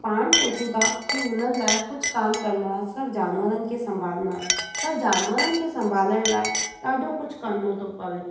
पाण सोचूं था की उन्हनि लाइ कुझु कान करिणो आहे सिर्फ़ु जानवरनि खे संभालिणो आहे पर जानवरनि खे संभालण लाइ ॾाढो कुझु करिणो थो पवे